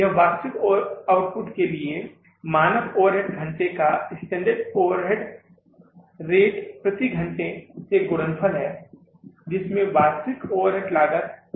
यह वास्तविक आउटपुट के लिए मानक ओवरहेड घंटे का स्टैण्डर्ड ओवरहेड रेट प्रति घंटे से गुणफल है जिसमे से वास्तविक ओवरहेड लागत घटा दी जाती है